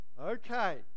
Okay